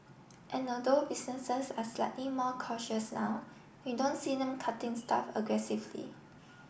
and although businesses are slightly more cautious now we don't see them cutting staff aggressively